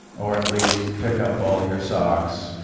or at least pick up all your socks.